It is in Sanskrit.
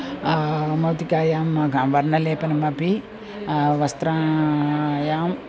मोतिकायां ग वर्णलेपनमपि वस्त्रायां